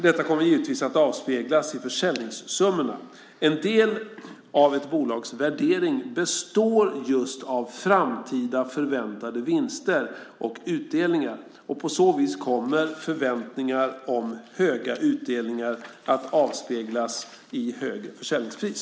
Detta kommer givetvis att avspeglas i försäljningssummorna. En del av ett bolags värdering består just av framtida förväntade vinster och utdelningar, och på så vis kommer förväntningar om höga utdelningar att avspeglas i högre försäljningspris.